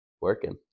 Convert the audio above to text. working